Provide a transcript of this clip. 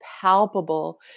Palpable